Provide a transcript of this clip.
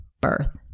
birth